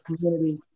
community